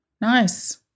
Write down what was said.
Nice